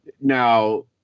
now